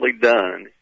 done